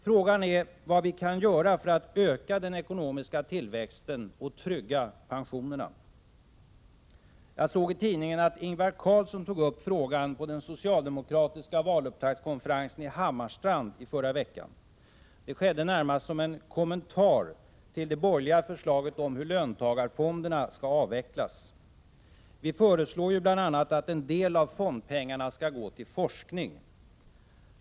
Frågan är vad vi kan göra för att öka den ekonomiska tillväxten och trygga pensionerna. Jag såg i tidningen att Ingvar Carlsson tog upp frågan på den socialdemokratiska valupptaktskonferensen i Hammarstrand i förra veckan. Det skedde närmast som en kommentar till det borgerliga förslaget om hur löntagarfonderna skall avvecklas. Vi föreslår ju bl.a. att en del av fondpengarna skall gå till forskning.